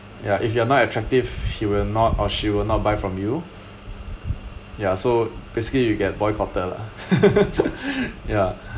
ya if you are not attractive he will not or she will not buy from you ya so basically you get boycotted lah ya